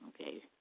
Okay